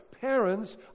Parents